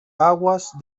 aguas